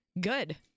Good